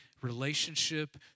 relationship